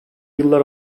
yıllar